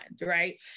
right